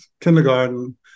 kindergarten